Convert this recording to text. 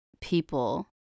people